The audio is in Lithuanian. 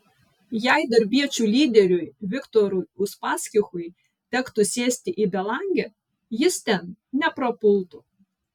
jei darbiečių lyderiui viktorui uspaskichui tektų sėsti į belangę jis ten neprapultų